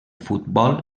futbol